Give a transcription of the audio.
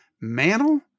Mantle